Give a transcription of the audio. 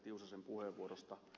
tiusasen puheenvuorosta